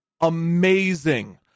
amazing